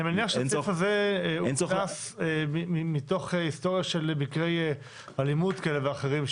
אני מניח שהסעיף הזה הוכנס מתוך היסטוריה של מקרי אלימות כאלה ואחרים,